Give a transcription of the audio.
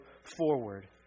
forward